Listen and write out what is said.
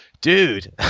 dude